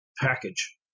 package